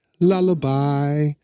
lullaby